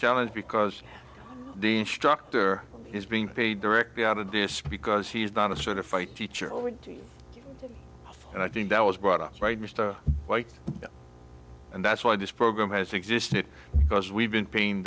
challenge because the instructor is being paid directly out of this because he's not a sort of fight teacher and i think that was brought up right mr white and that's why this program has existed because we've been paying